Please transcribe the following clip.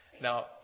Now